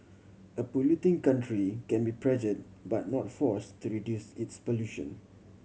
a polluting country can be pressured but not force to reduce its pollution